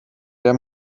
der